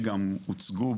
שגם הוצגו